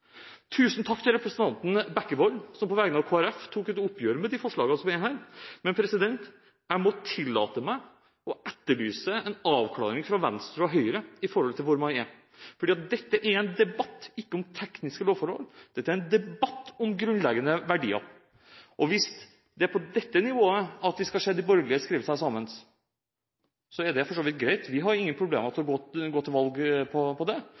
Tusen takk til representanten Bekkevold som på vegne av Kristelig Folkeparti tok et oppgjør med de forslagene som foreligger, men jeg må tillate meg å etterlyse en avklaring fra Venstre og Høyre om hvor man står. For dette er ikke en debatt om lovtekniske forhold, dette er en debatt om grunnleggende verdier. Og hvis det er på dette nivået vi skal se de borgerlige skrive seg sammen, er det for så vidt greit, vi har ingen problemer med å gå til valg på det,